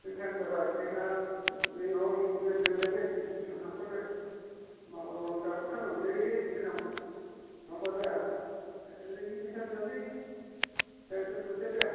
train time जाबाय ट्रेना नै हनै बेल होबायानो स्टेसन हाबफैबाय माबार माबार गाखोथारनांगौलै ट्रेनाव नङाब्ला जाया ओरैनो फैसा मोनालै दे दोन्थ'नोसै दे